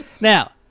Now